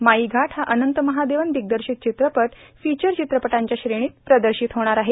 माई घाट हा अनंत महादेवन दिग्दर्शीत चित्रपट फिचर चित्रपटांच्या श्रेणीत प्रदर्शीत होणार आहे